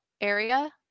area